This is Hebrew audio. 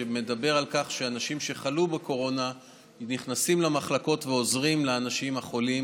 שמדבר על כך שאנשים שחלו בקורונה נכנסים למחלקות ועוזרים לאנשים החולים